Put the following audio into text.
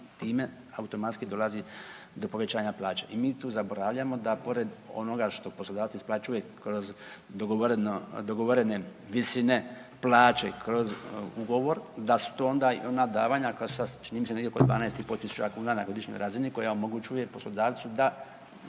time automatski dolazi do povećanja plaće i mi tu zaboravljamo da pored ono što poslodavac isplaćuje kroz dogovorene visine plaće, kroz ugovor, da su to onda i ona davanja koja su sad čini mi se negdje oko 12500 kuna na godišnjoj razini, koja omogućuje poslodavcu da